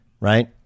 Right